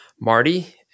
Marty